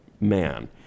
man